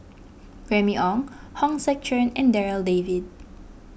Remy Ong Hong Sek Chern and Darryl David